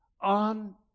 on